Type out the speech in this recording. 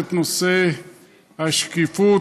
ביטוח סיעודי של קק"ל, להעלות את נושא השקיפות